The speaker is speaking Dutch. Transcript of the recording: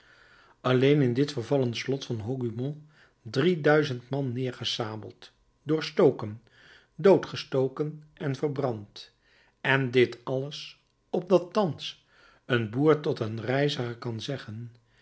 alleen in dit vervallen slot van hougomont drie duizend man nedergesabeld doorstoken doodgeschoten en verbrand en dit alles opdat thans een boer tot een reiziger kan zeggen